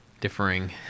differing